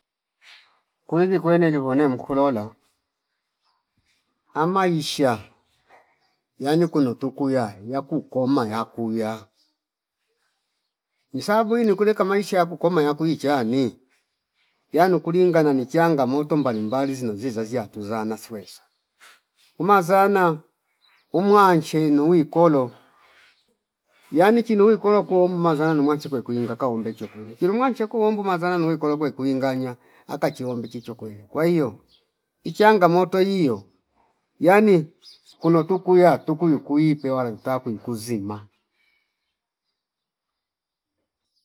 Kuwinzi kwene linove mkulola amaisha yani kuno tukuyaya yakukoma yakuya isabui inukule kamaisha yakukoma yakui chani yanu kulinga nani changamoto mbali mbali zino zizoziya tuzana sweswe umazana umwanche nuwi kolo yani chinowi kolo kuom mazana numwanche kweki ngaka hombeche kole kilumwa chekuombu mazana nowi kole kwekwi nganya akachombi chicho kweni kwa hio ichangamoto iyo yani kuno tukuya tukuyu kwi pewa yota kuikuzima